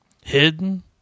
Hidden